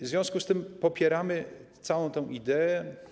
W związku z tym popieramy całą tę ideę.